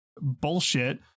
bullshit